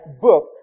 book